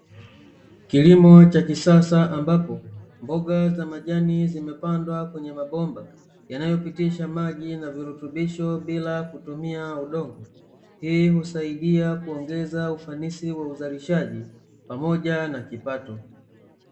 Kilimo cha kisasa ambapo mboga za majani zimepandwa kwenye mabomba, yanayopitisha maji na virutubisho bila kutumia udongo. Hii husaidia kuongeza ufanisi wa uzalishaji pamoja na kipato.